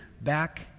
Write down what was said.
back